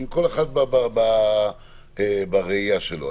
כל אחד בראייה שלו.